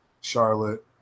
Charlotte